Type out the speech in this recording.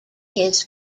his